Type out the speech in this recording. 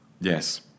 Yes